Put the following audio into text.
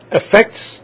affects